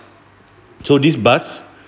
so this bus